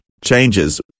changes